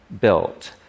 built